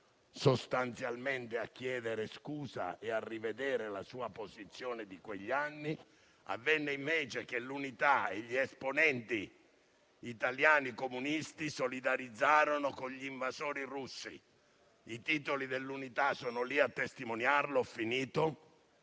sostanzialmente scusa e a rivedere la sua posizione di quegli anni - che «l'Unità» e gli esponenti italiani comunisti solidarizzarono con gli invasori russi. I titoli de «l'Unità» sono lì a testimoniarlo, Togliatti